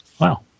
Wow